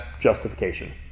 justification